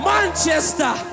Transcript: Manchester